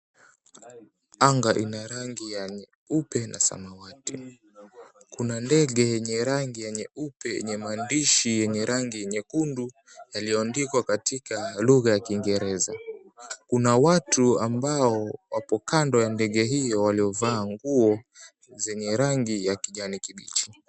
Anga ina rangi ya nyeupe na samawati. Kuna ndege yenye rangi ya nyeupe yenye maandishi yenye rangi nyekundu yaliyoandikwa katika lugha ya Kiingereza. Kuna watu ambao wapo kando ya ndege hiyo waliovaa nguo zenye rangi ya kijani kibichi.